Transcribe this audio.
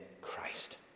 Christ